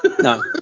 No